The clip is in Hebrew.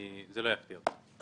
זה לא יפתיע אותי.